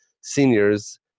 seniors